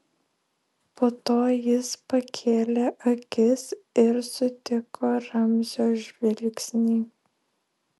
po to jis pakėlė akis ir sutiko ramzio žvilgsnį